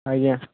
ଆଜ୍ଞା